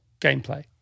gameplay